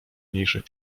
mniejszych